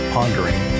Pondering